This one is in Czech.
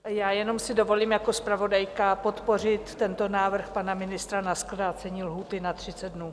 Já si jenom dovolím jako zpravodajka podpořit tento návrh pana ministra na zkrácení lhůty na 30 dnů.